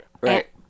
Right